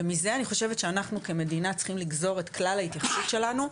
ומזה אני חושבת שאנחנו כמדינה צריכים לגזור את כלל ההתייחסות שלנו,